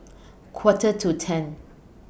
Quarter to ten